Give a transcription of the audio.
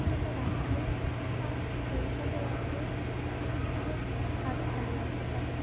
যে এটা রাঁধলে বা এইভাবে রাঁধলে খাবারটা হয়তো আরও ভালো লাগতে পারে